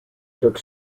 took